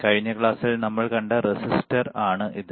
കഴിഞ്ഞ ക്ലാസ്ൽ നമ്മൾ കണ്ട റെസിസ്റ്റർ ആണ് ഇത്